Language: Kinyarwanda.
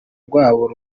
rwabo